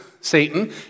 Satan